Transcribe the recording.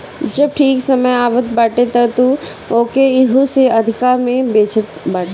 जब ठीक समय आवत बाटे तअ तू ओके एहू से अधिका में बेचत बाटअ